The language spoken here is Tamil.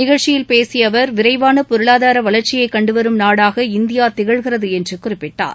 நிகழ்ச்சியில் பேசிய அவர் விரைவான பொருளாதார வளர்ச்சியை கண்டுவரும் நாடாக இந்தியா திகழ்கிறது என்று குறிப்பிட்டார்